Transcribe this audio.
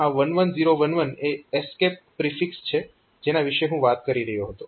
અને આ 11011 એ એસ્કેપ પ્રિફિક્સ છે જેના વિશે હું વાત કરી રહ્યો હતો